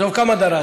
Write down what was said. טוב, כמה דרשת?